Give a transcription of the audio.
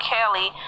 Kelly